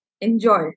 enjoy